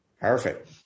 perfect